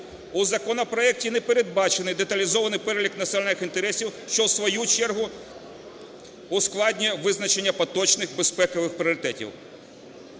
У законопроекті не передбачений деталізований перелік національних інтересів, що в свою чергу ускладнює визначення поточних безпекових пріоритетів.